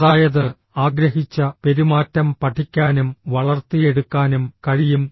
അതായത് ആഗ്രഹിച്ച പെരുമാറ്റം പഠിക്കാനും വളർത്തിയെടുക്കാനും കഴിയും